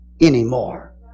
anymore